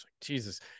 Jesus